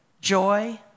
joy